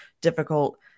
difficult